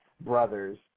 brothers